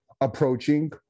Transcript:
approaching